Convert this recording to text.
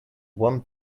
one